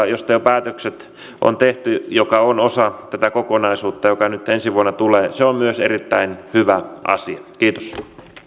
josta jo päätökset on tehty joka on osa tätä kokonaisuutta joka nyt ensi vuonna tulee se on myös erittäin hyvä asia kiitos